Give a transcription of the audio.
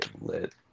lit